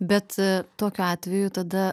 bet tokiu atveju tada